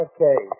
Okay